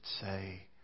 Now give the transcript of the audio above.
say